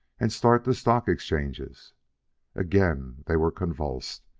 and start the stock exchanges again they were convulsed.